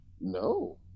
No